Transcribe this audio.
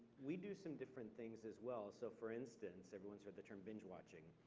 we do some different things as well, so for instance, everyone's heard the term binge watching.